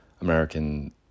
American